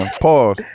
Pause